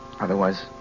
Otherwise